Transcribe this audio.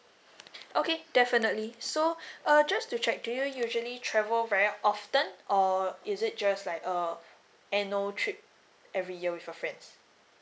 okay definitely so uh just to check do you usually travel very often or is it just like uh annual trip every year with your friends